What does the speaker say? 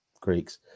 Greeks